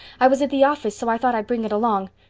i was at the office, so i thought i'd bring it along.